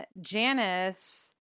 Janice